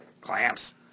clamps